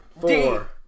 four